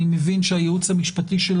אני מבין שהייעוץ המשפטי של